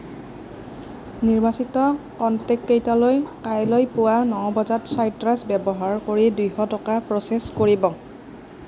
নিৰ্বাচিত কনটেক্টকেইটালৈ কাইলৈ পুৱা ন বজাত চাইট্ৰাছ ব্যৱহাৰ কৰি দুশ টকা প্ৰ'চেছ কৰিব